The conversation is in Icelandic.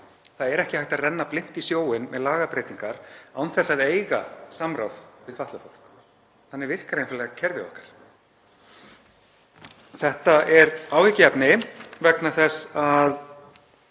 Það er ekki hægt að renna blint í sjóinn með lagabreytingar án þess að eiga samráð við fatlað fólk. Þannig virkar einfaldlega kerfið okkar. Þetta er áhyggjuefni vegna þess að